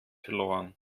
verloren